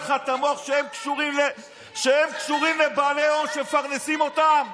לך את המוח כשהם קשורים לבעלי הון שמפרנסים אותם.